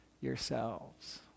yourselves